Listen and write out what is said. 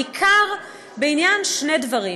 בעיקר בעניין שני דברים.